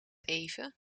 even